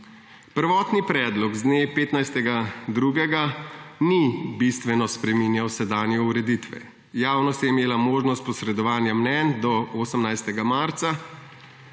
Prvotni predlog z dne 15. 2. ni bistveno spreminjal sedanje ureditve. Javnost je imela možnost posredovanja mnenj do 18. marca.